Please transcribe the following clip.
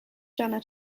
jana